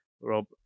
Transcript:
Rob